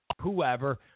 whoever